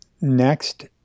Next